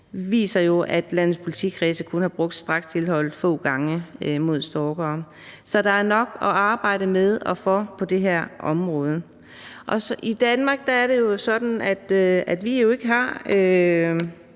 viser jo, at landets politikredse kun har brugt strakstilholdet få gange mod stalkere. Så der er nok at arbejde med og for på det her område. Danmark er et af de få lande,